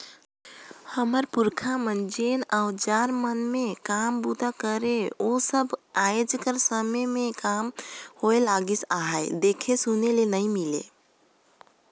हमर पुरखा मन जेन अउजार मन मे काम बूता करे ओ सब आएज कर समे मे कम होए लगिस अहे, देखे सुने ले नी मिले